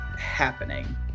happening